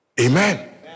Amen